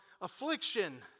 affliction